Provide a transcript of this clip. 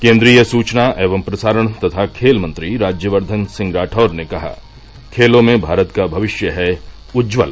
केन्द्रीय सूचना एवं प्रसारण तथा खेल मंत्री राज्यवर्घन सिंह राठौर ने कहा खेलों में भारत का भविष्य है उज्ज्वल